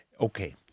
Okay